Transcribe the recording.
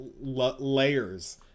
layers